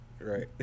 Right